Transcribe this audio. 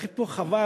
לכן חבל,